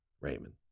Raymond